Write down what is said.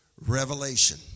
revelation